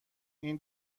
این